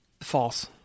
False